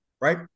Right